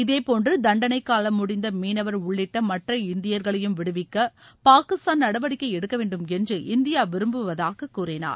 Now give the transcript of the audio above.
இதேபோன்று தண்டனை காலம் முடிந்த மீனவர் உள்ளிட்ட மற்ற இந்தியர்களையும் விடுவிக்க பாகிஸ்தான் நடவடிக்கை எடுக்க வேண்டும் என்று இந்தியா விரும்புவதாக கூறினார்